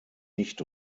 nicht